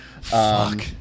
Fuck